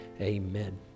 Amen